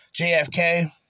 JFK